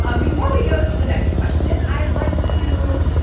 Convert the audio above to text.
ah before we go to the next question, i'd like to